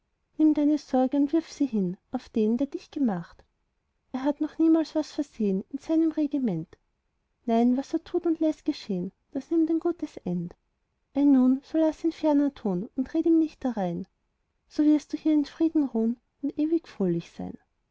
nimm deine sorg und wirf sie hin auf den der dich gemacht er hat noch niemals was versehn in seinem regiment nein was er tut und läßt geschehn das nimmt ein gutes end ei nun so laß ihn ferner tun und red ihm nicht darein so wirst du hier im frieden ruhn und ewig fröhlich sein